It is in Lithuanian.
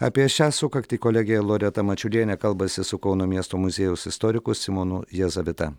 apie šią sukaktį kolegė loreta mačiulienė kalbasi su kauno miesto muziejaus istoriku simonu jazavita